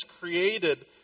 created